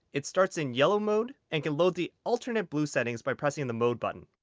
it starts in yellow mode and can load the alternate blue settings by pressing the mode button.